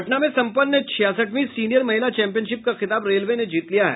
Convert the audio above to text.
पटना में सम्पन्न छियासठवीं सीनियर महिला चैंपियनशिप का खिताब रेलवे ने जीत लिया है